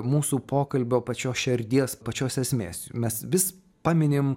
mūsų pokalbio pačios šerdies pačios esmės mes vis paminim